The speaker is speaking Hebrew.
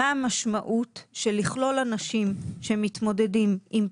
מה המשמעות של לכלול אנשים שמתמודדים עם